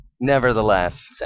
Nevertheless